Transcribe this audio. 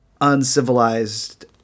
uncivilized